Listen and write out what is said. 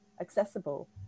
accessible